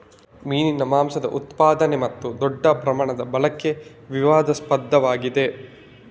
ಮೀನಿನ ಮಾಂಸದ ಉತ್ಪಾದನೆ ಮತ್ತು ದೊಡ್ಡ ಪ್ರಮಾಣದ ಬಳಕೆ ವಿವಾದಾಸ್ಪದವಾಗಿದೆ